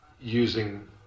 using